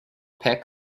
pick